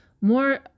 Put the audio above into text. more